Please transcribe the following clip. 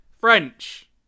French